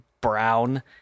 brown